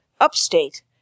upstate